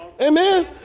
Amen